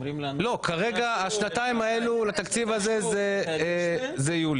לא, כרגע השנתיים האלו לתקציב הזה זה יולי.